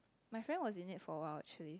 my friend was in it for a while actually